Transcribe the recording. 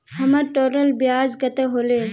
हमर टोटल ब्याज कते होले?